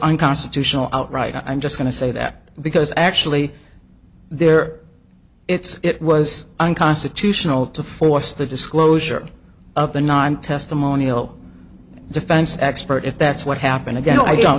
unconstitutional outright i'm just going to say that because actually there it's it was unconstitutional to force the disclosure of the nine testimonial defense expert if that's what happened